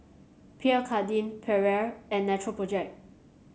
Pierre Cardin Perrier and Natural Project